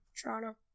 Toronto